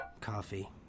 coffee